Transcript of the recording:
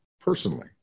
personally